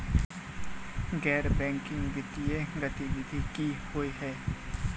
गैर बैंकिंग वित्तीय गतिविधि की होइ है?